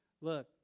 Look